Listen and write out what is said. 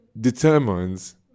determines